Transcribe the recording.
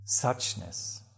suchness